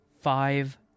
Five